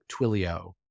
Twilio